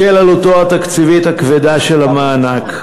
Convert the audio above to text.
בשל עלותו התקציבית הכבדה של המענק,